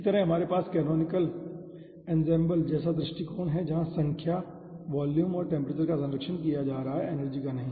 इसी तरह हमारे पास कैनोनिकल एन्सेम्बल जैसा दृष्टिकोण है जहां संख्या वॉल्यूम और टेम्परेचर का संरक्षण किया जा रहा है एनर्जी का नहीं